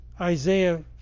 Isaiah